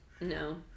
No